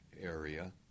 area